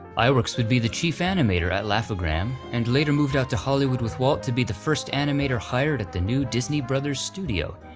iwerks would be the chief animator at laugh-o-gram, and later moved out to hollywood with walt to be the first animator hired at the new disney bros studio,